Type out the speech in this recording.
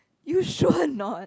you sure or not